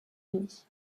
unis